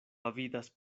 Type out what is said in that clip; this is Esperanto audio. avidas